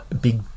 big